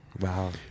Wow